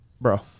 bro